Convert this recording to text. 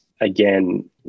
again